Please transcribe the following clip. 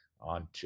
on